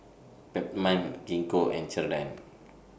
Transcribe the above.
Peptamen Gingko and Ceradan